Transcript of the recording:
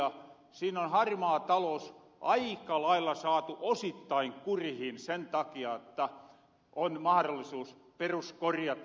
siinä on harmaa talous aika lailla saatu osittain kurihin sen takia jotta on mahrollisuus peruskorjata